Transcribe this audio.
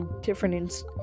different